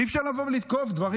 אי-אפשר לבוא ולתקוף דברים.